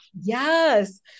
Yes